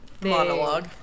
monologue